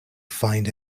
find